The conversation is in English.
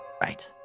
Right